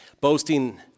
boasting